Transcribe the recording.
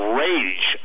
rage